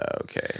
Okay